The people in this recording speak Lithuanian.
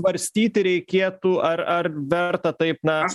svarstyti reikėtų ar ar verta taip na